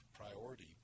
priority